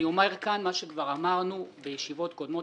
אני אומר כאן מה שכבר אמרנו בישיבות קודמות